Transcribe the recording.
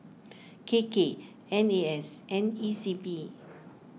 K K N A S and E C P